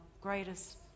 greatest